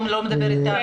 לא הצלחתי,